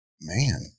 Man